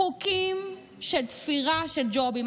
חוקים של תפירה של ג'ובים.